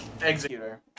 Executor